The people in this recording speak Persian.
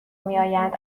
میآیند